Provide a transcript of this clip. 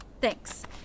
Thanks